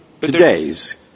today's